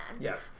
Yes